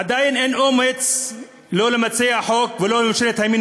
עדיין אין אומץ לא למציעי החוק ולא לממשלת הימין